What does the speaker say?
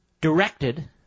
directed